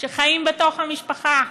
שחיים בתוך משפחה.